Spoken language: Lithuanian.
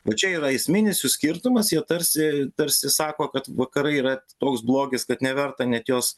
va čia yra esminis jų skirtumas jie tarsi tarsi sako kad vakarai yra toks blogis kad neverta net jos